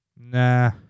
Nah